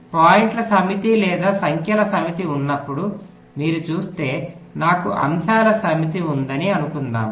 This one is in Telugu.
మీకు పాయింట్ల సమితి లేదా సంఖ్యల సమితి ఉన్నప్పుడు మీరు చూస్తే నాకు అంశాల సమితి ఉందని అనుకుందాము